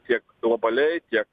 tiek globaliai tiek